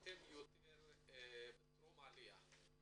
אתם יותר בטרום העלייה.